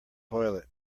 toilet